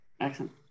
Excellent